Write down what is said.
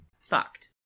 Fucked